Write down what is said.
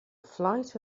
flight